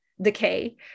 decay